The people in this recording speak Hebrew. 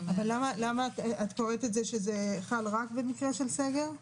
אבל למה את קוראת את זה שזה חל רק במקרה של סגר?